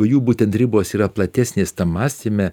jų būtent ribos yra platesnės tam mąstyme